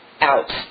out